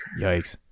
Yikes